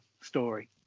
story